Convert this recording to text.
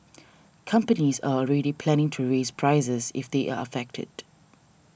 companies are already planning to raise prices if they are affected